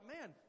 man